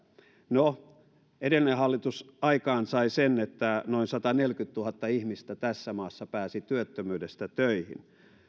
no edellinen hallitus aikaansai sen että noin sataneljäkymmentätuhatta ihmistä tässä maassa pääsi työttömyydestä töihin